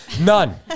None